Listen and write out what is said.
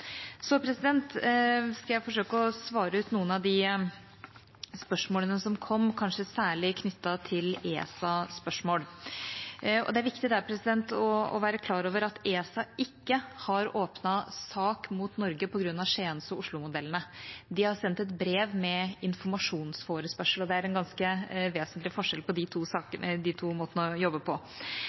Så skal jeg forsøke å svare ut noen av de spørsmålene som kom, kanskje særlig knyttet til ESA-spørsmål. Det er viktig å være klar over at ESA ikke har åpnet sak mot Norge på grunn av Skiens- og Oslomodellene. De har sendt et brev med informasjonsforespørsel, og det er en ganske vesentlig forskjell på de to måtene å jobbe på. Likevel er det viktig for Norge å